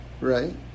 right